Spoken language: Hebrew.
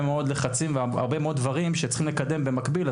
מאוד לחצים ודברים שצריך לקדם במקביל.